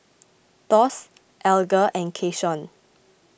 Thos Alger and Keyshawn